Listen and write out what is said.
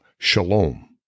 Shalom